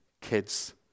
kids